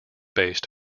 based